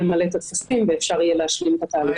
למלא את הטפסים ואפשר יהיה להשלים את התהליך.